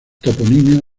toponimia